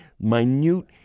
Minute